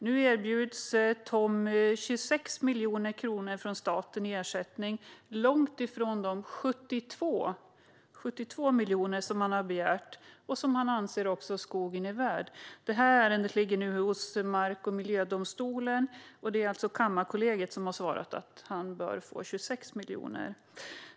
Nu erbjuds Tommy 26 miljoner kronor av staten i ersättning, vilket är långt ifrån de 72 miljoner som han har begärt och som han anser att skogen är värd. Det här ärendet ligger nu hos Mark och miljödomstolen, och det är Kammarkollegiet som har svarat att han bör få 26 miljoner.